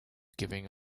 giving